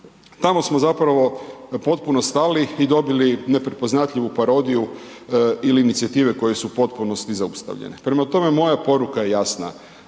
Tamo smo zapravo potpuno stali i dobili neprepoznatljivu parodiju ili inicijative koje su u potpunosti zaustavljene. Prema tome, moja poruka je jasno.